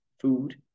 food